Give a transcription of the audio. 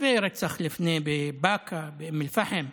ורצח לפני בבאקה, באום אל-פחם,